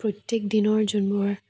প্ৰত্যেক দিনৰ যোনবোৰ